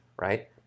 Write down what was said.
right